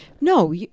no